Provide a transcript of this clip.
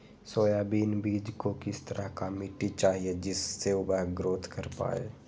Soybean बीज को किस तरह का मिट्टी चाहिए जिससे वह ग्रोथ कर पाए?